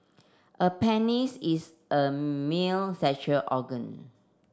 a penis is a male sexual organ